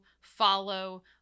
follow